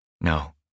No